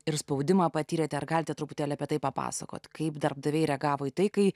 ir spaudimą patyrėte ar galite truputėlį apie tai papasakoti kaip darbdaviai reagavo į tai kai